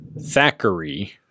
Thackeray